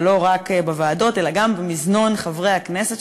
ולא רק בוועדות אלא גם במזנון חברי הכנסת,